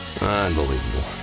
Unbelievable